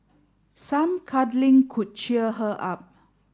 some cuddling could cheer her up